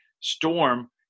storm